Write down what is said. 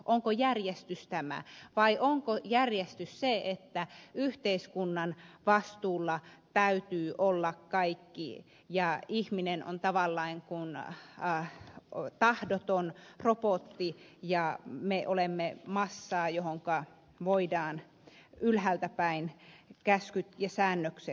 onko järjestys tämä vai onko järjestys se että yhteiskunnan vastuulla täytyy olla kaikki ja ihminen on tavallaan kuin tahdoton robotti ja me olemme massaa johonka voidaan ylhäältä päin käskyt ja säännökset antaa